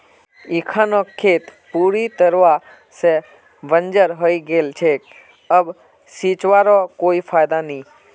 इखनोक खेत पूरी तरवा से बंजर हइ गेल छेक अब सींचवारो कोई फायदा नी